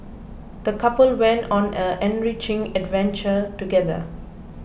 the couple went on an enriching adventure together